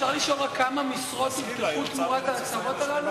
אפשר רק לשאול כמה משרות הובטחו תמורת ההצהרות הללו?